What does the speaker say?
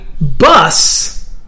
bus